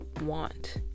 want